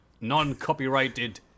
non-copyrighted